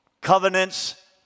Covenants